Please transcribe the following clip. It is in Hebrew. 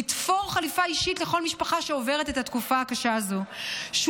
לתפור חליפה אישית לכל משפחה שעוברת את התקופה הקשה הזאת.